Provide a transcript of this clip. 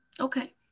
Okay